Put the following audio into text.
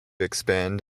expand